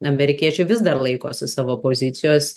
amerikiečiai vis dar laikosi savo pozicijos